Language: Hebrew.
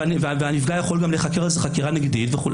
והנפגע גם יכול גם להיחקר על זה חקירה נגדית וכו',